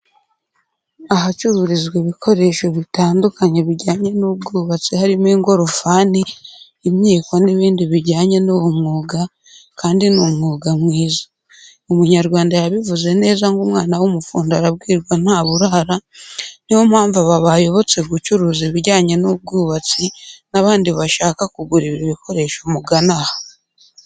Ahacururizwa ibikoresho bitandukanya bijyanye n'ubwubatsi harimo ingorofani imyiko n'ibindi bijyanye n'uwo mwuga kandi ni umwuga mwiza. Umunyarwanda yabivuze neza ngo umwana w'umufundi arabwirwa ntaburara ni yo mpamvu aba bayobotse gucuruza ibijyanye n'ubwubatsi n'abandi bashaka kugura ibi bikoresho mugane aha.